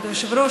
כבוד היושב-ראש,